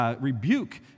rebuke